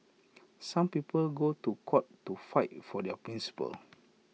some people go to court to fight for their principles